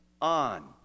on